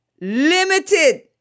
limited